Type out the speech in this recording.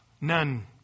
None